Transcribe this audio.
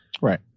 Right